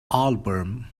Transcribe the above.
album